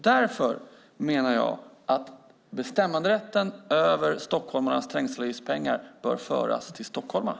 Därför menar jag att bestämmanderätten över stockholmarnas trängselavgiftspengar bör föras över till stockholmarna.